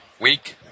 week